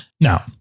Now